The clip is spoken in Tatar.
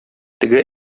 теге